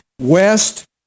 West